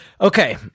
Okay